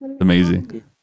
amazing